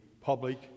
public